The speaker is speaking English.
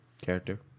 character